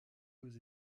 aux